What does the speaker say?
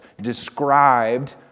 described